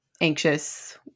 anxious